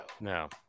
No